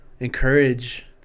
Encourage